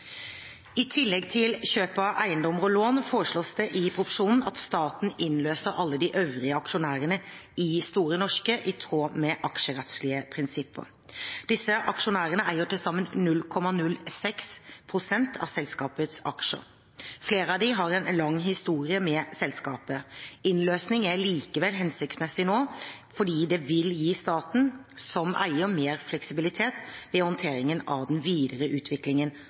I tillegg til kjøp av eiendommer og lån foreslås det i proposisjonen at staten innløser alle de øvrige aksjonærene i Store Norske i tråd med aksjerettslige prinsipper. Disse aksjonærene eier til sammen 0,06 pst. av selskapets aksjer. Flere av dem har en lang historie med selskapet. Innløsning er likevel hensiktsmessig nå, fordi det vil gi staten som eier mer fleksibilitet ved håndteringen av den videre utviklingen